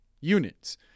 units